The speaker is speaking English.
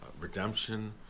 redemption